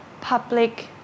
public